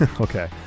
Okay